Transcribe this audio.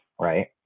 right